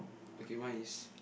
okay mine is